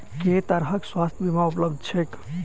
केँ तरहक स्वास्थ्य बीमा उपलब्ध छैक?